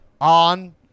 on